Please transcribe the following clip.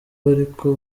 bariko